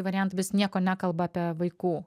variantą bet jis nieko nekalba apie vaikų